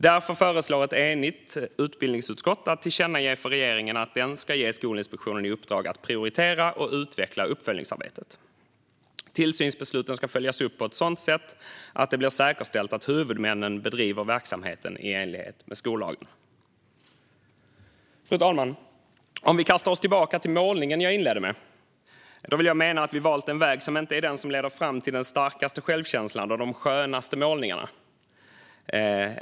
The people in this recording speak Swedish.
Därför föreslår ett enigt utbildningsutskott ett tillkännagivande till regeringen om att den ska ge Skolinspektionen i uppdrag att prioritera och utveckla uppföljningsarbetet. Tillsynsbesluten ska följas upp på ett sådant sätt att det blir säkerställt att huvudmännen bedriver verksamheten i enlighet med skollagen. Fru talman! Vi kan kasta oss tillbaka till målningen, som jag inledde med. Jag vill mena att vi har valt en väg som inte är den som leder fram till den starkaste självkänslan och de skönaste målningarna.